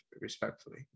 respectfully